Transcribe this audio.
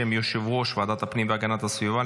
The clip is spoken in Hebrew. בשם ועדת הפנים והגנת הסביבה,